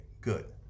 good